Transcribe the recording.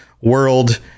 world